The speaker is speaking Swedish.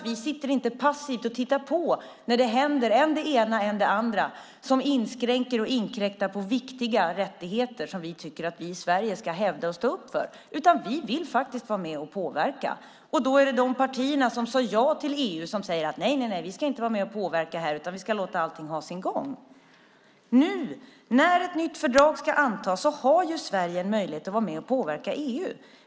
Vi sitter inte passivt och tittar på när det händer än det ena, än det andra som inskränker och inkräktar på viktiga rättigheter som vi tycker att Sverige ska hävda och stå upp för. Vi vill vara med och påverka. Det är de partier som sade ja till EU som säger: Nej, vi ska inte vara med och påverka, utan vi ska låta allting ha sin gång. Nu när ett nytt fördrag ska antas har Sverige möjlighet att vara med och påverka EU.